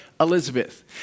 Elizabeth